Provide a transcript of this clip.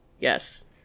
yes